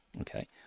okay